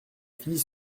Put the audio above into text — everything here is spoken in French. fille